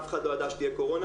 אף אחד לא ידע שתהיה קורונה,